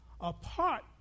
Apart